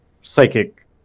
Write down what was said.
psychic